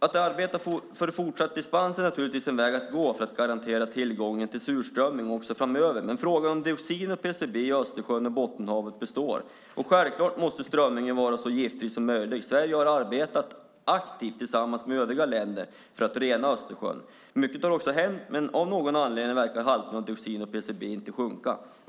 Att arbeta för fortsatt dispens är naturligtvis en väg att gå för att garantera tillgången till surströmming också framöver, men frågan om dioxin och PCB i Östersjön och Bottenhavet består. Självklart måste strömmingen vara så giftfri från möjligt. Sverige har arbetat aktivt tillsammans med övriga länder för att rena Östersjön. Mycket har också hänt, men av någon anledning verkar halterna av dioxin och PCB inte sjunka.